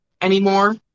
anymore